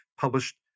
published